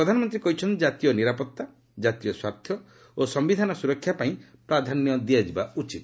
ପ୍ରଧାନମନ୍ତ୍ରୀ କହିଛନ୍ତି କାତୀୟ ନିରାପତ୍ତା କାତୀୟ ସ୍ୱାର୍ଥ ଓ ସମ୍ଭିଧାନ ସୁରକ୍ଷା ପାଇଁ ପ୍ରାଧାନ୍ୟ ଦିଆଯିବା ଉଚିତ୍